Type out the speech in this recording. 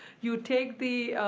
you take the,